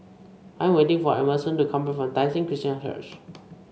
I'm waiting for Emerson to come from Tai Seng Christian Church